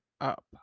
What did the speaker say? up